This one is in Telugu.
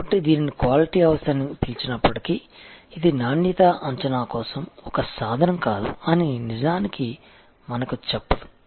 కాబట్టి దీనిని క్వాలిటీ హౌస్ అని పిలిచినప్పటికీ ఇది నాణ్యత అంచనా కోసం ఒక సాధనం కాదు అని నిజానికి మనకు చెప్పదు